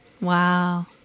Wow